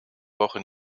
woche